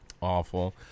Awful